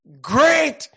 Great